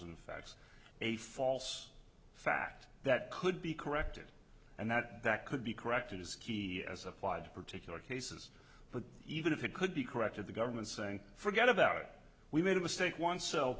in fact a false fact that could be corrected and that that could be corrected is key as applied to particular cases but even if it could be corrected the government's saying forget about it we made a mistake once so